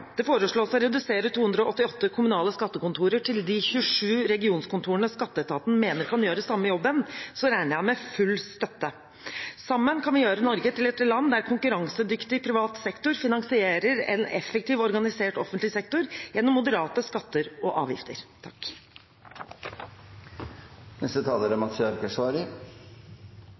det foreslås å redusere 288 kommunale skattekontorer til de 27 regionskontorene skatteetaten mener kan gjøre samme jobben, regner jeg med full støtte. Sammen kan vi gjøre Norge til et land der konkurransedyktig privat sektor finansierer en effektiv og organisert offentlig sektor gjennom moderate skatter og avgifter. Det er